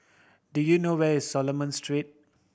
do you know where is Coleman Street